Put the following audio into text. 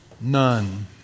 None